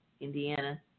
Indiana